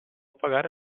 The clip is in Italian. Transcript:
pagare